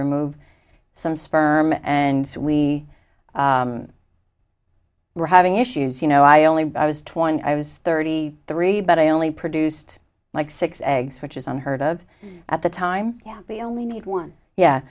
remove some sperm and we we're having issues you know i only i was twenty i was thirty three but i only produced like six eggs which is unheard of at the time the only need one yeah